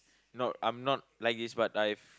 no I'm not like this but I've